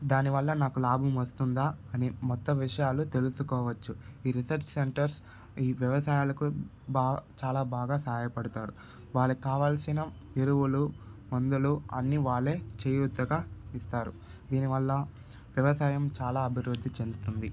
దాని వల్ల నాకు లాభం వస్తుందా అని మొత్తం విషయాలు తెలుసుకోవచ్చు ఈ రీసెర్చ్ సెంటర్స్ ఈ వ్యవసాయాలకు బా చాలా బాగా సహాయ పడతారు వాళ్ళకి కావాల్సిన ఎరువులు మందులు అన్నీ వాళ్ళు చేయూతగా ఇస్తారు దీని వల్ల వ్యవసాయం చాలా అభివృద్ధి చెందుతుంది